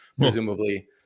presumably